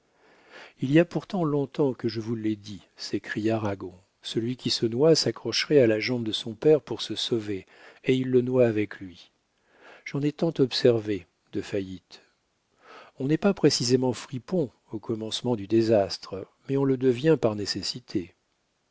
il y a pourtant long-temps que je vous l'ai dit s'écria ragon celui qui se noie s'accrocherait à la jambe de son père pour se sauver et il le noie avec lui j'en ai tant observé de faillites on n'est pas précisément fripon au commencement du désastre mais on le devient par nécessité